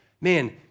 Man